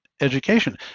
education